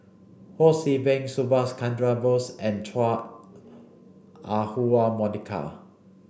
Ho See Beng Subhas Chandra Bose and Chua Ah Huwa Monica